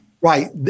Right